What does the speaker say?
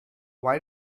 why